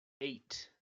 eight